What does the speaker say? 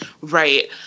right